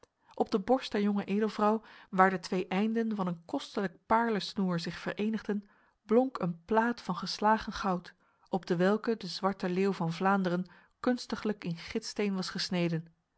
op de borst der jonge edelvrouw waar de twee einden van een kostelijk paarlesnoer zich verenigden blonk een plaat van geslagen goud op dewelke de zwarte leeuw van vlaanderen kunstiglijk in gitsteen was gesneden